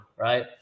right